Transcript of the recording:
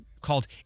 called